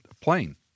plane